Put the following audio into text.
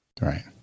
Right